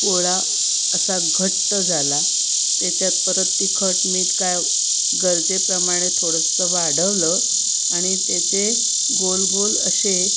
गोळा असा घट्ट झाला त्याच्यात परत तिखट मीठ काय गरजेप्रमाणे थोडंसं वाढवलं आणि त्याचे गोल गोल असे